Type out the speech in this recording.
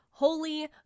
Holy